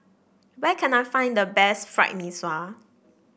where can I find the best Fried Mee Sua